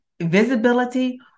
visibility